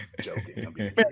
joking